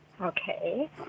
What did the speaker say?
Okay